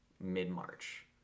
mid-March